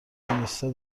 اینستا